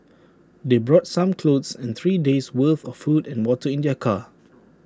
they brought some clothes and three days' worth of food and water in their car